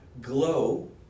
glow